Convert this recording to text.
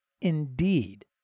indeed